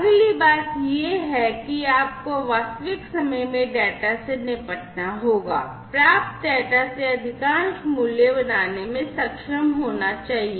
अगली बात यह है कि आपको वास्तविक समय में डेटा से निपटना होगा प्राप्त डेटा से अधिकांश मूल्य बनाने में सक्षम होना चाहिए